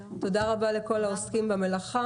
תודה רבה לכל העוסקים במלאכה.